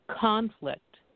conflict